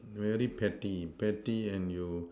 very petty petty and you